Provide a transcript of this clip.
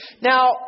Now